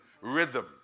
rhythm